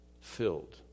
filled